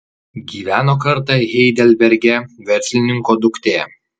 gyveno kartą heidelberge verslininko duktė